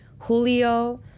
Julio